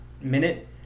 minute